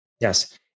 Yes